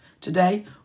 Today